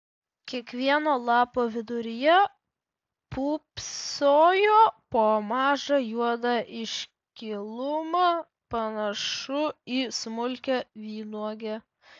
kiekvieno lapo viduryje pūpsojo po mažą juodą iškilumą panašų į smulkią vynuogę